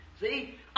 See